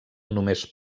només